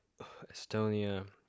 Estonia